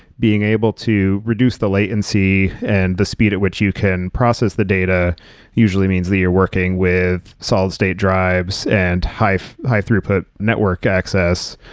being able to reduce the latency and the speed at which you can process the data usually means that you're working with solid state drives and high-throughput high-throughput network access.